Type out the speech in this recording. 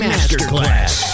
Masterclass